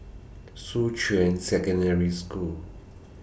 Shuqun Secondary School